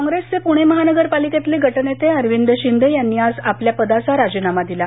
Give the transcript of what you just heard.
काँग्रेसचे पुणे महानगरपालिकेतले गटनेते अरविंद शिंदे यांनी आज आपल्या पदाचा राजीनामा दिला